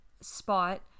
spot